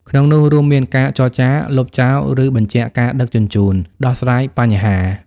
ក្នុងនោះរួមមានការចរចា លុបចោល ឬបញ្ជាក់ការដឹកជញ្ជូន ដោះស្រាយបញ្ហា។